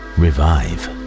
revive